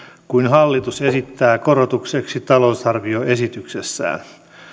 kuin hallitus esittää korotukseksi talousarvioesityksessään